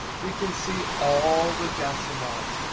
we can see all the decimals.